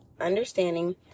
understanding